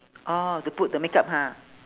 oh to put the makeup ha